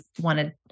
wanted